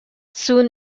soon